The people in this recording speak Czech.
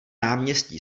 náměstí